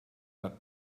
that